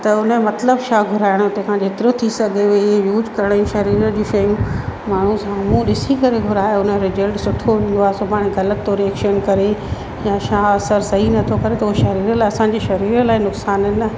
त हुन जो मतिलब छा घुराइण जो तंहिंखां जेतिरो थी सघे उहे ई यूज करण ई शरीर जी शयूं माण्हू साम्हूं ॾिसी करे घुराए हुन जो रिज्लट सुठो ईंदो आहे सुभाणे गलति थो रिएक्शन करे या छा असरु सही नथो करे थो शरीर लाइ असांजे शरीर लाइ नुक़सानु आहे न